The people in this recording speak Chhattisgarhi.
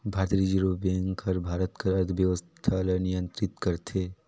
भारतीय रिजर्व बेंक हर भारत कर अर्थबेवस्था ल नियंतरित करथे